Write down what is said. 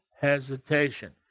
hesitation